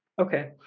Okay